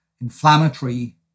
inflammatory